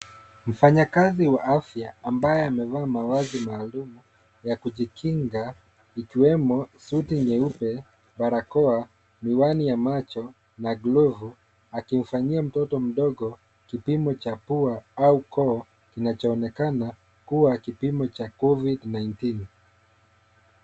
Mfanyikazi wa afya ambaye amevaa mavazi maalum ya kujikinga ikiwemo suti nyeupe, barakoa, miwani ya macho, na glavu, akimfanyia mtoto mdogo kipimo cha pua au koo kinachoonekana kuwa kipimo cha Covid 19.